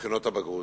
בבחינות הבגרות.